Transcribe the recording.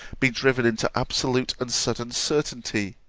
be driven into absolute and sudden certainty?